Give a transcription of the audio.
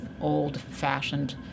old-fashioned